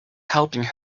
helping